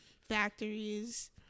factories